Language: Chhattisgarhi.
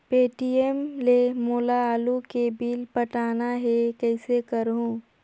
पे.टी.एम ले मोला आलू के बिल पटाना हे, कइसे करहुँ?